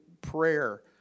prayer